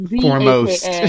foremost